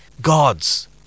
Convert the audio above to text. God's